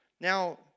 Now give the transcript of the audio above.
Now